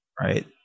right